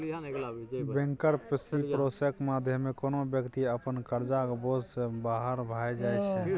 bankruptcy प्रोसेसक माध्यमे कोनो बेकती अपन करजाक बोझ सँ बाहर भए जाइ छै